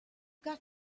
got